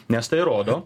nes tai rodo